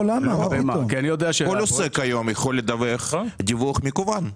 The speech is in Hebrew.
לא, כל עוסק היום יכול לדווח דיווח מקוון.